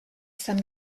izan